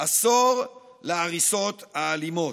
עשור להריסות האלימות.